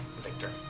Victor